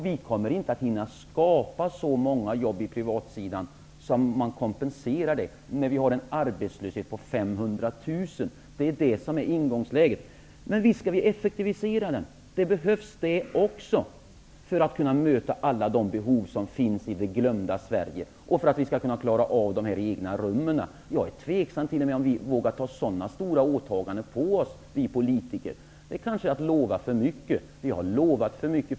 Vi kommer inte att hinna skapa så många jobb på den privata sidan som kompenserar detta, när vi har en arbetslöshet på 500 000. Detta är ingångsläget. Men visst skall vi effektivisera den. Det behövs också för att kunna möta alla de behov som finns i det glömda Sverige och för att vi skall klara av dessa egna rum i långvården. Jag är t.o.m. tveksam till om vi politiker vågar ta på oss sådana stora åtaganden. Det kanske är att lova för mycket. Vi är många politiker som har lovat för mycket.